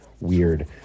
weird